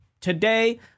today